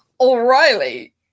O'Reilly